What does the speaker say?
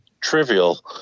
trivial